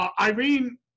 Irene